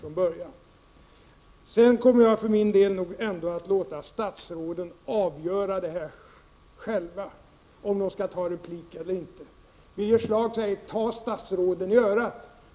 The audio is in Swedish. För min del kommer jag nog att låta statsråden själva avgöra om de skall gå uppi replik i debatterna eller inte. Birger Schlaug säger: Ta statsråden i örat.